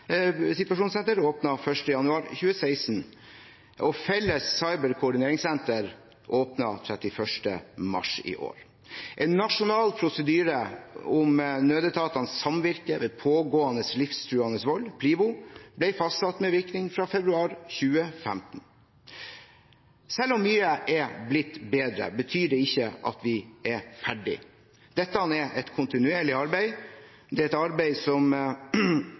situasjonssenter åpnet 1. januar 2016, og felles cyberkoordineringssenter åpnet 31. mars i år. En nasjonal prosedyre om nødetatenes samvirke ved pågående livstruende vold, PLIVO, ble fastsatt med virkning fra februar 2015. Selv om mye er blitt bedre, betyr det ikke at vi er ferdige. Dette er et kontinuerlig arbeid. Arbeidet som er gjort, levner imidlertid liten tvil om at det fra regjeringens side er